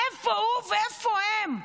איפה הוא ואיפה הם?